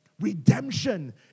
Redemption